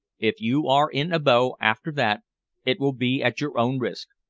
if you are in abo after that it will be at your own risk.